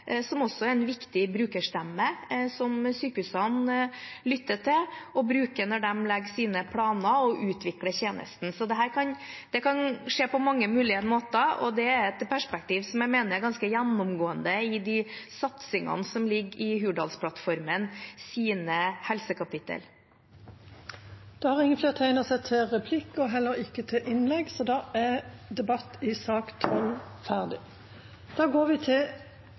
som også er en viktig brukerstemme, og som sykehusene lytter til og bruker når de legger sine planer og utvikler tjenesten. Så dette kan skje på mange måter, og det er et perspektiv som jeg mener er ganske gjennomgående i de satsingene som ligger i Hurdalsplattformens helsekapitler. Replikkordskiftet er omme. Flere har ikke bedt om ordet til sak nr. 12. Dette handler om forskjellsbehandling av mennesker, mennesker som behandles med insulin, men som ikke får tilgang til